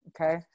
Okay